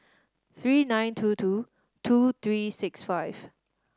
three nine two two two three six five